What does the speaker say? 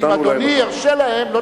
אם אדוני ירשה להם לא תהיה לי ברירה.